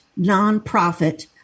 nonprofit